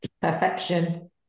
Perfection